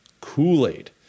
Kool-Aid